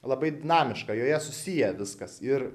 labai dinamiška joje susiję viskas ir